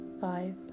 five